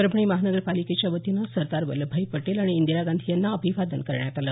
परभणी महानगरपालिकेच्या वतीनं सरदार वल्लभभाई पटेल आणि इंदिरा गांधी यांना अभिवादन करण्यात आलं